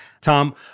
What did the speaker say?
Tom